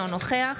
אינו נוכח